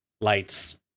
lights